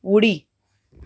उडी